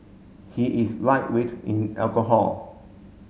he is lightweight in alcohol